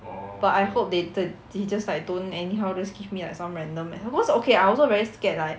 but I hope they j~ they just like don't anyhow just give me like some random med cause okay I also very scared like